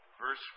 Verse